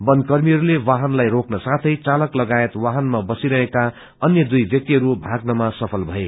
बन कर्मीहरूले वाहनलाई रोक्न साथै चालक लगायत वाहनमा बसिरहेका अन्य दुई व्यक्तिहरू भाग्नमा सफल भए